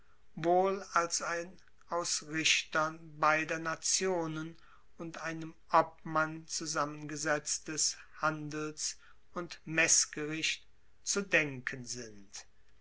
wohl als ein aus richtern beider nationen und einem obmann zusammengesetztes handels und messgericht zu denken sind